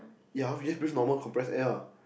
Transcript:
ya just breathe normal compressed air ah